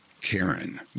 karen